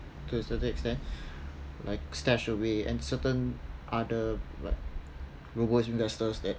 to a certain extent like stashaway and certain other robo investors that